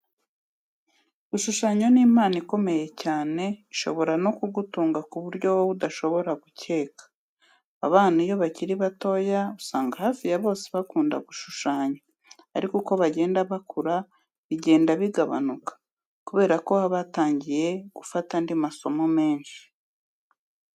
Gushushanya ni impano ikomeye cyane ishobora no kugutunga ku buryo wowe udashobora gukeka. Abana iyo bakiri batoya usanga hafi ya bose bakunda gushushanya ariko uko bagenda bakura bigenda bigabanuka kubera ko baba batangiye gufata andi masomo menshi.